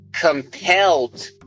compelled